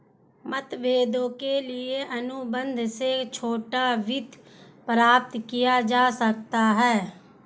मतभेदों के लिए अनुबंध से छोटा वित्त प्राप्त किया जा सकता है